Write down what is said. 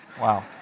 Wow